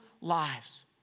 lives